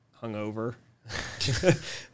hungover